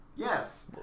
Yes